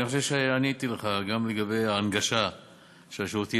אני חושב שעניתי לך גם לגבי ההנגשה של השירותים